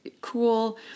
cool